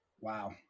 Wow